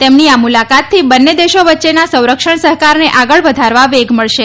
તેમની આ મુલાકાતથી બંને દેશો વચ્ચેના સંરક્ષણ સહકારને વધારવા વેગ મળશે